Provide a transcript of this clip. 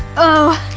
oh,